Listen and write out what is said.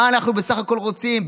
מה אנחנו בסך הכול רוצים,